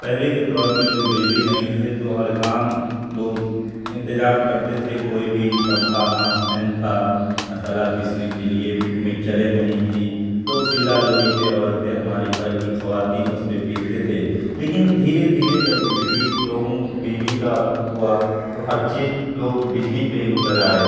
پہلے کے دور میں لوگ بجلی نہیں تھی تو ہر کام لوگ انتظام کرتے تھے کوئی بھی پنکھا ہاتھ فین تھا مسالہ پیسنے کے لیے مکسریں نہیں تھیں لوگ سل لوری پہ عورتیں ہماری گھر کی خواتین اس پہ پیستی تھیں لیکن دھیرے دھیرے جب بجلی لوگوں بجلی کا ہوا تو ہر چیز لوگ بجلی پہ ہی اتر آئے